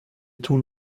tun